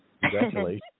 Congratulations